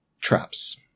Traps